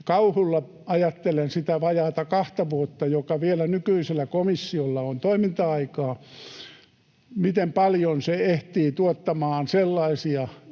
Kauhulla ajattelen sitä vajaata kahta vuotta, joka vielä nykyisellä komissiolla on toiminta-aikaa, sitä, miten paljon se ehtii tuottamaan sellaisia